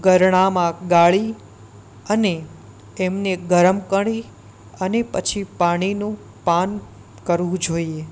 ગરણામાં ગાળી અને તેમને ગરમ કરી અને પછી પાણીનું પાન કરવું જોઈએ